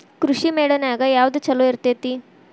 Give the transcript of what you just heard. ಕೃಷಿಮೇಳ ನ್ಯಾಗ ಯಾವ್ದ ಛಲೋ ಇರ್ತೆತಿ?